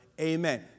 Amen